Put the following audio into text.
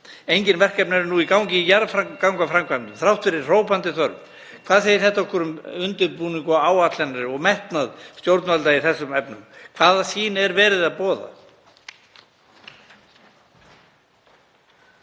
Engin verkefni eru nú í gangi í jarðgangaframkvæmdum þrátt fyrir hrópandi þörf. (Forseti hringir.) Hvað segir þetta okkur um undirbúning og áætlanir og metnað stjórnvalda í þessum efnum? Hvaða sýn er verið að boða?